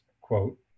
quote